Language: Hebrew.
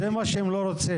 זה מה שהם לא רוצים.